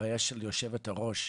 דבריה של יושבת הראש.